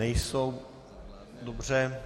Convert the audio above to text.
Nejsou, dobře.